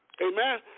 Amen